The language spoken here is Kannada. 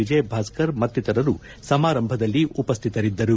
ವಿಜಯ್ ಭಾಸ್ಕರ್ ಮತ್ತಿತರರು ಸಮಾರಂಭದಲ್ಲಿ ಉಪಸ್ಟಿತರಿದ್ದರು